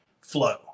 flow